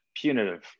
punitive